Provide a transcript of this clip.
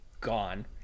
gone